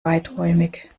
weiträumig